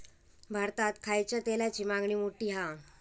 भारतात खायच्या तेलाची मागणी मोठी हा